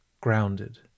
grounded